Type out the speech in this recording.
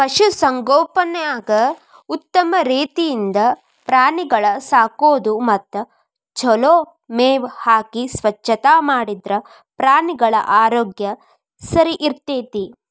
ಪಶು ಸಂಗೋಪನ್ಯಾಗ ಉತ್ತಮ ರೇತಿಯಿಂದ ಪ್ರಾಣಿಗಳ ಸಾಕೋದು ಮತ್ತ ಚೊಲೋ ಮೇವ್ ಹಾಕಿ ಸ್ವಚ್ಛತಾ ಮಾಡಿದ್ರ ಪ್ರಾಣಿಗಳ ಆರೋಗ್ಯ ಸರಿಇರ್ತೇತಿ